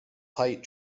height